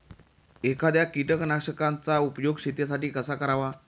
एखाद्या कीटकनाशकांचा उपयोग शेतीसाठी कसा करावा?